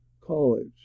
college